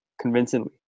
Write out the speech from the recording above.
convincingly